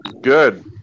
Good